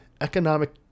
economic